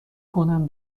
کنم